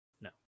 no